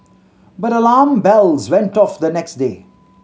but alarm bells went off the next day